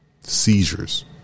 seizures